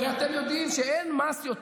תקשיב למה שאומרים לך.